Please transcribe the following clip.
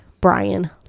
Brian